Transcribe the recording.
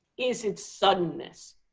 is it suddenness?